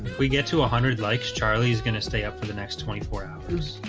we get to a hundred likes charlie's gonna stay up for the next twenty four hours